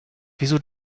wieso